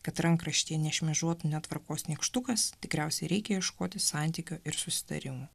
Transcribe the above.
kad rankraštyje nešmėžuotų netvarkos nykštukas tikriausiai reikia ieškoti santykio ir susitarimų